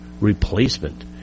replacement